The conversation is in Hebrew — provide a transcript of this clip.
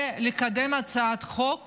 ולקדם הצעת חוק